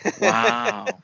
wow